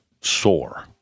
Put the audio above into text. sore